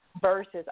versus